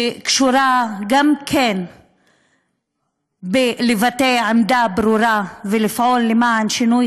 שקשורה גם לביטוי עמדה ברורה ופעולה לשינוי